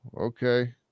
okay